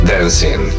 Dancing